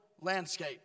landscape